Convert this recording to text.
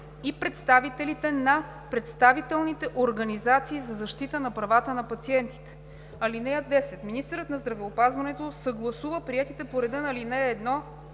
и представителите на представителните организации за защита правата на пациентите. (10) Министърът на здравеопазването съгласува приетите по реда на ал. 1